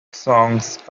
songs